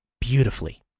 beautifully